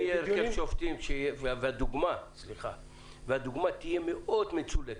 והדוגמה תהיה מאוד מצולקת,